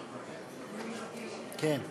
ברוך הבא,